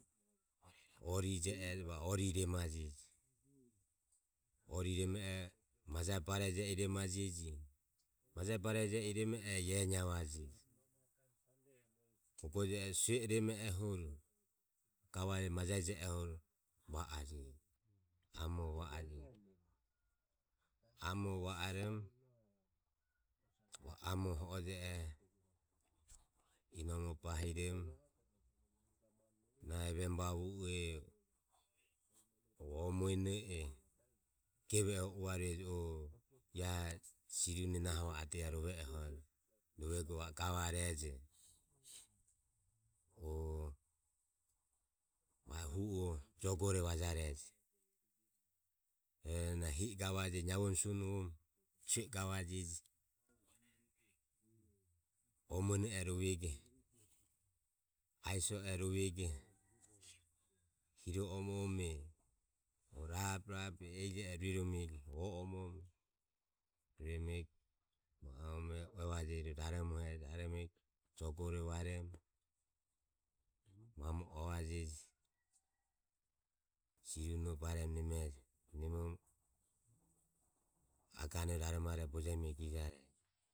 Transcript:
Orire je ero va o orire remaje, orire reme oho gavaje majae bareje ire remeoho yana e niavajeje. Bogo je oho sue e remeoho gavajeje majae gieoho va ajeje. Amore va oromo va amore ho oje oho inomo bahiromo nahi vem va vueh o muenoeh geve oh huro uvarue ya eh siri une nah ova adoho ya rove eh hojo. Rove go vao gavareje o vao hu oh jo gore vajareje. Rohu yana hi e gavajeje navoromo sisonuvorom sue e gavajeje o mueno e rovego, aisiso ero rovego. Hiro omo ome rabe rabe ehije oho rueromeg rohu o omo omo ro raromeg ya uevajeje jo gore vairomo mamo uavaje siri uno bairomo nemeje nemoro agano raromarueho bojemeg ijareje.